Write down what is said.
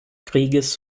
krieges